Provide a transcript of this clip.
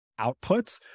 outputs